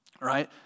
right